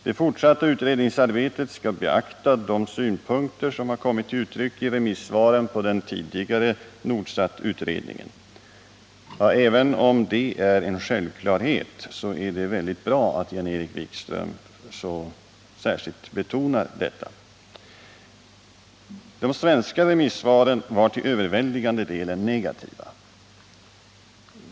Det fortsatta utredningsarbetet skall beakta de synpunkter som kommit till uttryck i remissvaren på den tidigare Nordsatutredningen. Även om detta är en självklarhet, så är det väldigt bra att Jan-Erik Wikström betonar detta särskilt. De svenska remissvaren var till överväldigande delen negativa.